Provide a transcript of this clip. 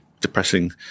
depressing